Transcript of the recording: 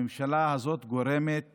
הממשלה הזאת גורמת